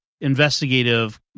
investigative